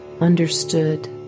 understood